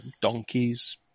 donkeys